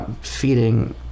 feeding